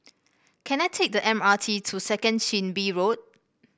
can I take the M R T to Second Chin Bee Road